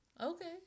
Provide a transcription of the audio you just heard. okay